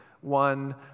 One